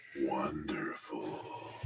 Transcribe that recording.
Wonderful